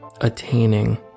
attaining